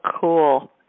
cool